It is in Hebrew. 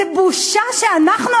זו בושה שאנחנו,